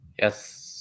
yes